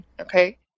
Okay